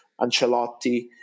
Ancelotti